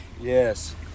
Yes